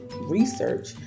research